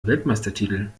weltmeistertitel